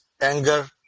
anger